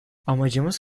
amacımız